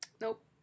Nope